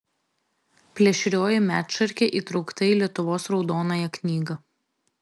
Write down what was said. plėšrioji medšarkė įtraukta į lietuvos raudonąją knygą